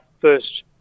first